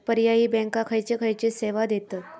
पर्यायी बँका खयचे खयचे सेवा देतत?